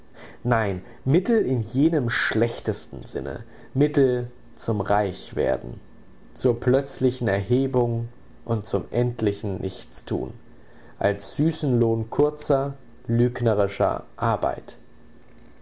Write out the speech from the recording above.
nein mittel in jenem schlechtesten sinne mittel zum reichwerden zur plötzlichen erhebung und zum endlichen nichtstun als süßen lohn kurzer lügnerischer arbeit